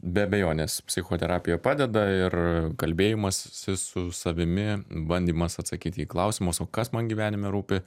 be abejonės psichoterapija padeda ir kalbėjimasis su savimi bandymas atsakyti į klausimus o kas man gyvenime rūpi